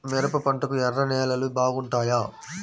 మిరప పంటకు ఎర్ర నేలలు బాగుంటాయా?